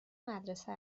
مدرسه